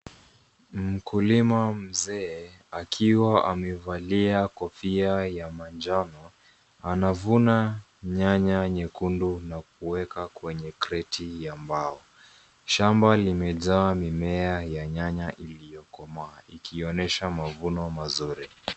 Mkulima mzee, akiwa amevalia kofia ya manjano, anavuna nyanya nyekundu na kuweka kwenye kreti ya mbao. Shamba limejaa mimea ya nyanya iliyokomaa ikionyesha mavuno mazuri.